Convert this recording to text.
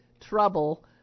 trouble